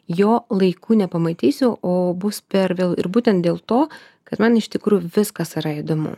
jo laiku nepamatysiu o bus per vėlu ir būtent dėl to kad man iš tikrųjų viskas yra įdomu